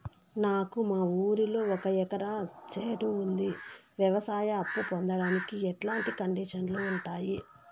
నాకు మా ఊరిలో ఒక ఎకరా చేను ఉంది, వ్యవసాయ అప్ఫు పొందడానికి ఎట్లాంటి కండిషన్లు ఉంటాయి?